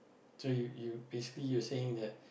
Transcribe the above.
to you basically you're saying that